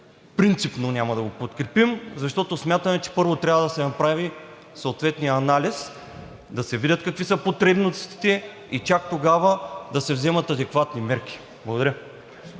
принципно няма да го подкрепим, защото смятаме, че първо трябва да се направи съответният анализ, да се видят какви са потребностите и чак тогава да се вземат адекватни мерки. Благодаря.